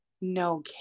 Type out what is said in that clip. No